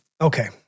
Okay